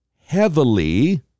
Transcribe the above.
heavily